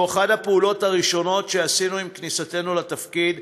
שהוא אחת הפעולות הראשונות שעשינו עם כניסתנו לתפקיד,